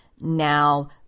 now